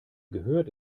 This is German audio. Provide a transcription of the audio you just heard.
gehört